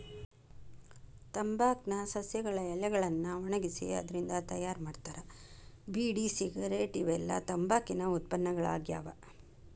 ತಂಬಾಕ್ ನ ಸಸ್ಯಗಳ ಎಲಿಗಳನ್ನ ಒಣಗಿಸಿ ಅದ್ರಿಂದ ತಯಾರ್ ಮಾಡ್ತಾರ ಬೇಡಿ ಸಿಗರೇಟ್ ಇವೆಲ್ಲ ತಂಬಾಕಿನ ಉತ್ಪನ್ನಗಳಾಗ್ಯಾವ